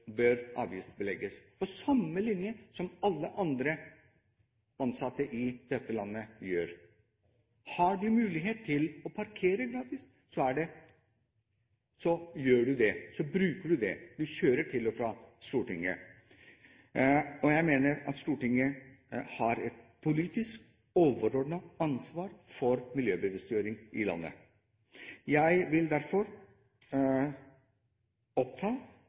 bør avgiftsbelegges, på lik linje med det som gjelder for alle andre ansatte i dette landet. Har du mulighet til å parkere gratis, så gjør du det, så bruker du det, du kjører til og fra Stortinget. Jeg mener at Stortinget har et politisk overordnet ansvar for miljøbevisstgjøring i landet. Jeg vil